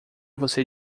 você